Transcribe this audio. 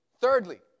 Thirdly